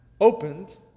opened